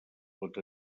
pot